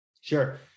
Sure